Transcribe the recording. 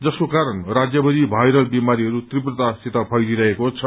जसको कारण राज्यमरि भाइरल विमारीहरू तीव्रतासित फैलिरहेको छ